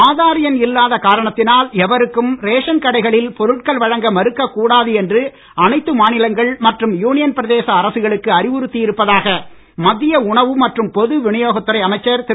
ஆதார் எண் இல்லாத காரணத்தினால் எவருக்கும் ரேஷன் கடைகளில் பொருட்கள் வழங்க மறுக்கக்கூடாது என்று அனைத்து மாநிலங்கள் மற்றும் யூனியன் பிரதேச அரசுகளுக்கு அறிவுறுத்தி இருப்பதாக மத்திய உணவு மற்றும் பொதுவிநியோகத்துறை அமைச்சர் திரு